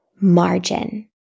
margin